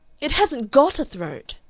it hasn't got a throat!